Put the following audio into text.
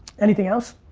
anything else?